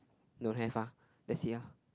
don't have ah that's it ah